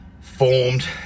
Formed